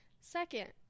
Second